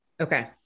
Okay